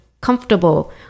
comfortable